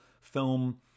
film